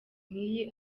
nk’iyi